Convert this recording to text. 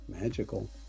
magical